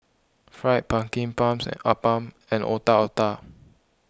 Fried Pumpkin Prawns Appam and Otak Otak